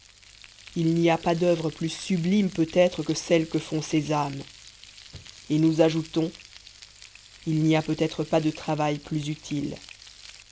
il n'y a pas d'oeuvre plus sublime peut-être que celle que font ces âmes et nous ajoutons il n'y a peut-être pas de travail plus utile